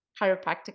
chiropractic